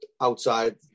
outside